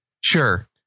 Sure